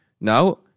Now